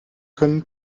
können